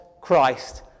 Christ